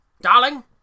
Darling